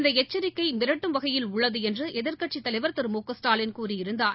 இந்தஎச்சரிக்கைமிரட்டும்வகையில் உள்ளதுஎன்றுஎதிர்கட்சி தலைவர் திரு ஸ்டாலின் டு க கூறியிருநச்தார்